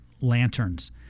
lanterns